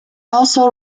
also